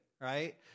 right